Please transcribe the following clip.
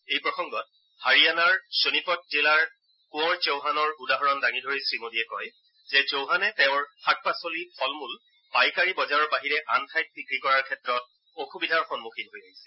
এই প্ৰসংগত হাৰিয়ানাৰ শোণিপট জিলাৰ কোঁৱৰ টৌহানৰ উদাহৰণ দাঙি ধৰি শ্ৰীমোদীয়ে কয় যে চৌহানে তেওঁৰ শাক পাচলি ফল মূল পাইকাৰী বজাৰৰ বাহিৰে আন ঠাইত বিক্ৰী কৰাৰ অসুবিধাৰ সন্মুখীন হৈ আহিছিল